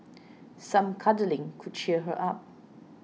some cuddling could cheer her up